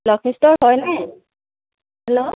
Lakshmi store হয়নে hello